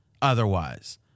Otherwise